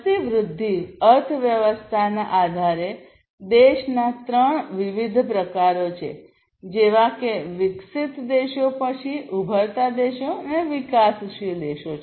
વસ્તી વૃદ્ધિ અર્થવ્યવસ્થાના આધારે દેશના ત્રણ વિવિધ પ્રકારો છે જેવા કે વિકસિત દેશો પછી ઉભરતા દેશો અને વિકાસશીલ દેશો